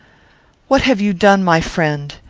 what have you done, my friend?